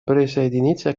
присоединиться